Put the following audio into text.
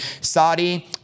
Saudi